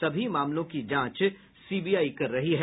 सभी मामलों की जांच सीबीआई कर रही है